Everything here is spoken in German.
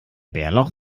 bärlauch